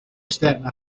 esterna